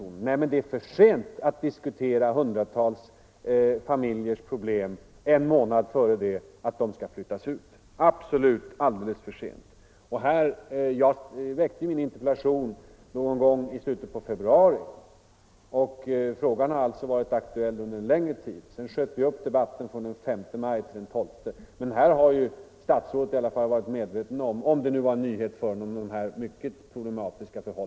Nej, det är det inte, men det är för sent att diskutera hundratals familjers problem en månad innan de skall flyttas ut. Absolut alldeles för sent. Jag väckte ju min interpellation i slutet av februari. Frågan har alltså varit aktuell under en längre tid. Sedan sköt vi upp debatten från den S maj till den 12 maj. Men statsrådet har i alla fall varit medveten om de här mycket problematiska förhållandena sedan interpellationen väcktes — om de då var någon nyhet för honom.